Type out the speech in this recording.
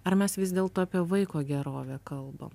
ar mes vis dėlto apie vaiko gerovę kalbam